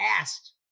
asked